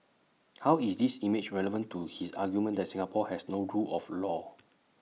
how is this image relevant to his argument that Singapore has no rule of law